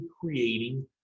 creating